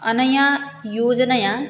अनया योजनया